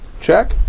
check